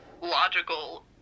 logical